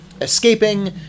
escaping